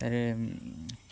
ତାପରେ